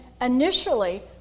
initially